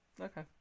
Okay